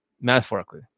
metaphorically